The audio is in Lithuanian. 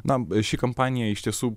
na bet ši kampanija iš tiesų